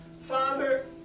Father